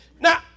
Now